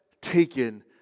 taken